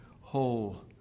whole